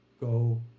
Go